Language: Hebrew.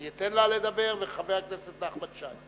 אני אתן לה לדבר, וחבר הכנסת נחמן שי.